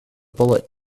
bullet